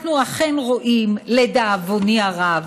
אנחנו אכן רואים, לדאבוני הרב,